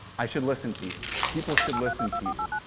i should listen to you. people should listen to you.